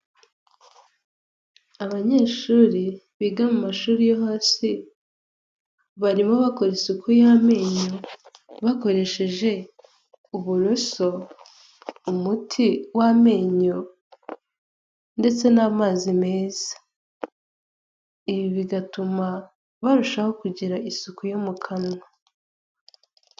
Abanyeshuri biga mu mashuri yo hasi barimo bakora isuku y'amenyo bakoresheje uburoso, umuti w'amenyo ndetse n'amazi meza. Ibi bigatuma barushaho kugira isuku yo mu kanwa.